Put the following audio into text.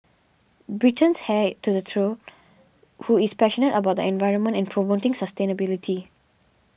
britain's heir to the throne who is passionate about the environment and promoting sustainability